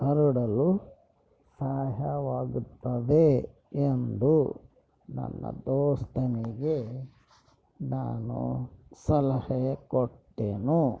ಹರಡಲು ಸಹಾಯವಾಗುತ್ತದೆ ಎಂದು ನನ್ನ ದೋಸ್ತನಿಗೆ ನಾನು ಸಲಹೆ ಕೊಟ್ಟೆನು